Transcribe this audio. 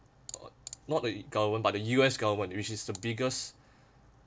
or not the government by the U_S government which is the biggest